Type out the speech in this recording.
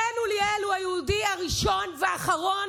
בן אוליאל הוא היהודי הראשון והאחרון